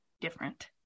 different